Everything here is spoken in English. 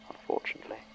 unfortunately